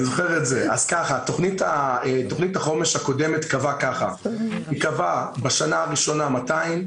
תכנית החומש הקודמת קבעה בשנה הראשונה 200,